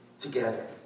together